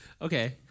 Okay